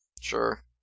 Sure